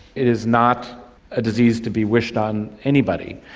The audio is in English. it is not a disease to be wished on anybody,